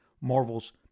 Marvel's